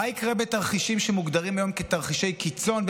מה יקרה בתרחישים שמוגדרים היום כתרחישי קיצון,